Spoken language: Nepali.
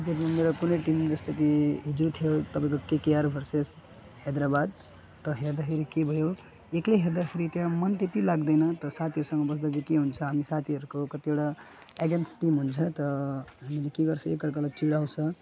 क्रिकेटमा मेरो कुनै टिम जस्तो कि जुर्थ्यो तपाईँको केकेआर भर्सेस हैदरबाद त हेर्दाखेरि के भयो एक्लै हेर्दा फेरि त्यहाँ मन त्यति लाग्दैन त साथीहरूसँग बस्दा चाहिँ के हुन्छ हामी साथीहरूको कतिवटा एगेन्स्ट टिम हुन्छ त हामीले के गर्छौँ एक अर्कालाई चिढाउँछ